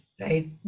right